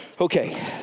Okay